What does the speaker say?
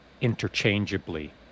interchangeably